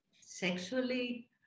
sexually